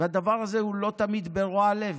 והדבר הזה הוא לא תמיד מרוע לב,